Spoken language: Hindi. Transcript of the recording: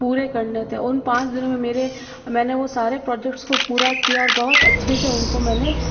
पूरे करने थे उन पाँच दिनों में मेरे मैंने वो सारे प्रोजेक्ट्स को पूरा किया और बहुत अच्छे से उन को मैंने